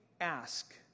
ask